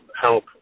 help